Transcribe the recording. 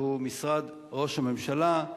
שהוא משרד ראש הממשלה,